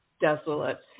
desolate